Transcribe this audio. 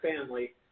family